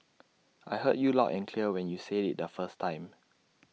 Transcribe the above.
I heard you loud and clear when you said IT the first time